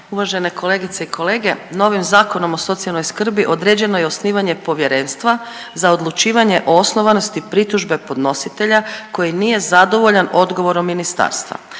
Uvažene kolegice i kolege, novim Zakonom o socijalnoj skrbi određeno je osnivanje povjerenstva za odlučivanje o osnovanosti pritužbe podnositelja koji nije zadovoljan odgovorom ministarstva,